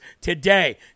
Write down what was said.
today